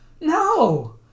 No